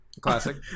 Classic